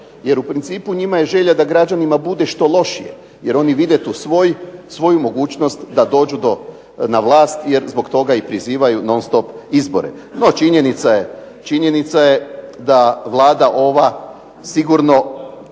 jer u principu njima je želja da građanima bude što lošije, jer oni vide tu svoju mogućnost da dođu na vlast jer zbog toga prizivaju non stop izbore. NO, činjenica je da Vlada ova sigurno,